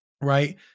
right